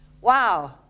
Wow